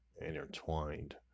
intertwined